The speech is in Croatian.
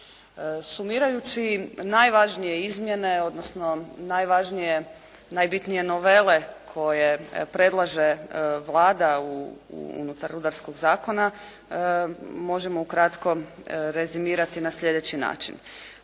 Sumirajući najvažnije izmjene, odnosno najvažnije, najbitnije novele koje predlaže Vlada unutar Rudarskog zakona možemo ukratko rezimirati na sljedeći način.